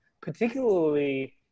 particularly